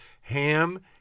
Ham